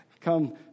come